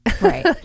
Right